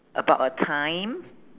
about a time